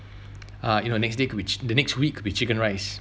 uh you know next day could be chic~ the next week could be chicken rice